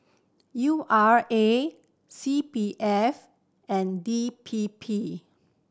U R A C P F and D P P